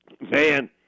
man